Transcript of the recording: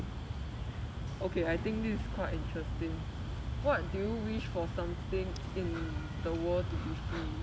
okay I think this is quite interesting what do you wish for something in the world to be free